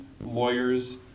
lawyers